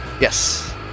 Yes